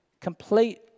complete